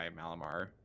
Malamar